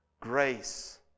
grace